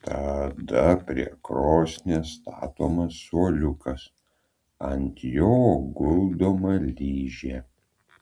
tada prie krosnies statomas suoliukas ant jo guldoma ližė